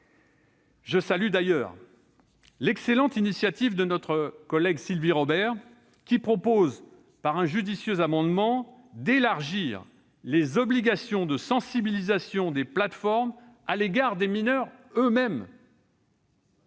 Je salue d'ailleurs l'excellente initiative de notre collègue Sylvie Robert, qui propose, par un judicieux amendement, d'élargir les obligations de sensibilisation des plateformes en direction des mineurs eux-mêmes.